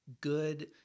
good